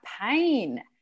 pain